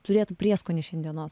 turėtų prieskonį šiandienos